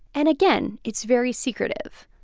and, again, it's very secretive.